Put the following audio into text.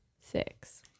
six